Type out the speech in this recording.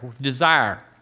Desire